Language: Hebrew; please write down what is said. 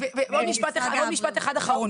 עוד משפט אחד אחרון.